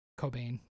Cobain